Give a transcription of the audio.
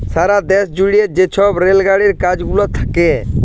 সারা দ্যাশ জুইড়ে যে ছব রেল গাড়ির কাজ গুলা থ্যাকে